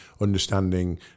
understanding